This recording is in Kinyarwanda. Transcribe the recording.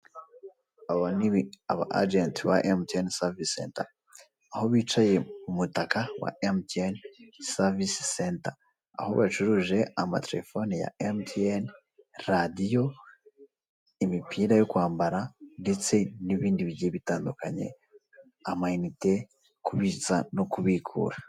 Aba ajenti ba emutiyeni savisi senta aho bicaye mu mutaka wa emutiyeni savisi senta, aho bacuruje amaterefoni ya emutiyeni, radio, imipira yo kwambara , ndetse n'ibindi bigiye bitandukanye amayinite, kubitsa no kubikura.